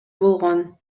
болгон